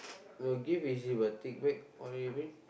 to give easy but take back what do you do